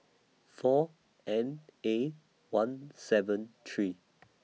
four N A one seven three